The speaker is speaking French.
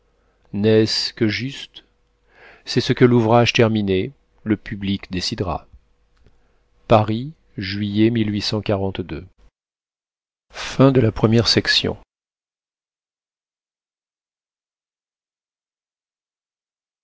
n'est-ce que juste c'est ce que l'ouvrage terminé le public décidera paris juillet